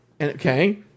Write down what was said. Okay